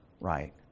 right